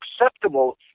acceptable